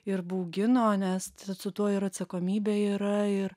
ir baugino nes su tuo ir atsakomybė yra ir